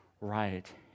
right